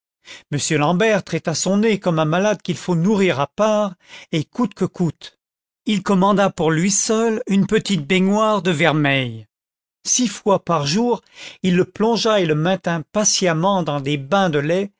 m l'ambert traita son nez comme un malade qu'il faut nourrir à part et coûte que coûte il commanda pour lui seul une petite baignoire de vermeil six fois par jour il le plongea et le maintint patiemment dans des bains de lait